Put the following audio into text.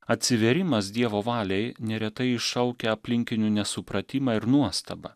atsivėrimas dievo valiai neretai iššaukia aplinkinių nesupratimą ir nuostabą